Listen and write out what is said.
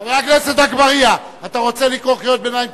חבר הכנסת אגבאריה, אתה רוצה לקרוא קריאות ביניים?